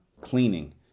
cleaning